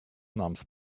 namens